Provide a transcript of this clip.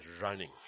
running